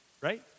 right